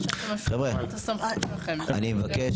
חבר'ה, אני מבקש.